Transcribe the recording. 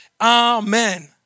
Amen